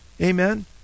Amen